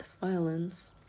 violence